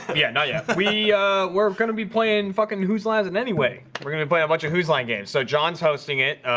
yeah and yeah we were gonna be playing fucking whose lives in anyway, we're gonna play a bunch of whose line game so jon's hosting it,